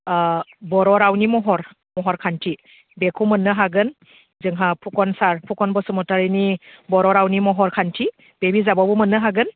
बर' रावनि महर महरखान्थि बेखौ मोननो हागोन जोंहा फुकन सार फुकन बसुमतारिनि बर' रावनि महरखान्थि बे बिजाबावबो मोननो हागोन